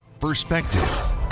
perspective